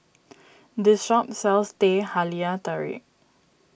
this shop sells Teh Halia Tarik